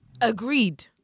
Agreed